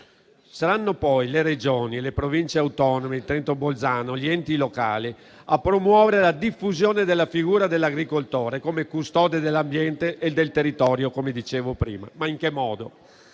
Saranno poi le Regioni, le Province autonome di Trento e Bolzano e gli enti locali a promuovere la diffusione della figura dell'agricoltore come custode dell'ambiente e del territorio, come dicevo prima. In che modo?